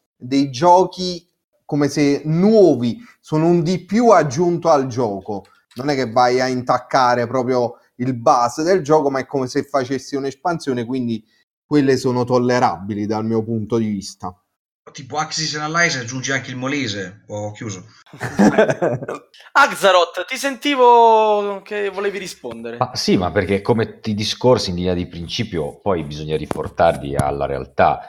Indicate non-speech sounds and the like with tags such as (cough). dei giochi come se nuovi, sono un di più aggiunto al gioco. Non è che vai a intaccare proprio il base del gioco, ma è come se facessi un'espansione, quindi quelle sono tollerabili dal mio punto di vista. Tipo Axis and Allies, aggiungi anche il Molise. Ho chiuso. (laughs) Axarot, ti sentivo che volevi rispondere. Ma- sì, ma perché come ti discorsi in linea di principio, poi bisogna riportarli alla realtà.